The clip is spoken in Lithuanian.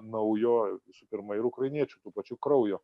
naujo visų pirma ir ukrainiečių tų pačių kraujo